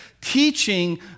teaching